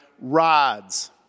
rods